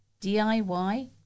DIY